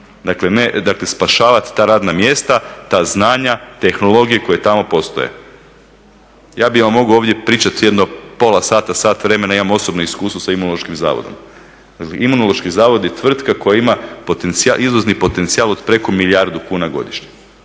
Dakle spašavati ta radna mjesta, ta znanja, tehnologije koje tamo postoje. Ja bih vam mogao ovdje pričati jedno pola sata, sat vremena imam osobno iskustvo sa Imunološkim zavodom. Imunološki zavod je tvrtka koja ima izvozni potencijal od preko milijardu kuna godišnje,